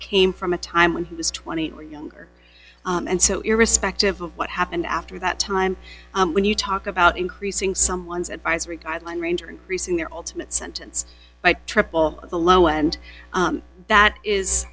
came from a time when he was twenty one younger and so irrespective of what happened after that time when you talk about increasing someone's advisory guideline range or increasing their ultimate sentence by triple of the low end that is